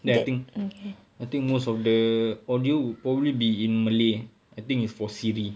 then I think I think most of the audio would probably be in malay I think it's for Siri